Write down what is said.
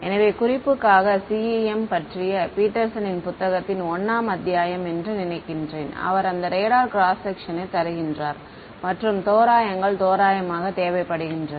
எனவே குறிப்புக்காக CEM பற்றிய பீட்டர்சனின் புத்தகத்தின் 1 ஆம் அத்தியாயம் என்று நினைக்கின்றேன் அவர் இந்த ரேடார் கிராஸ் செக்க்ஷனை தருகின்றார் மற்றும் தோராயங்கள் தோராயமாக தேவைப்படுகின்றது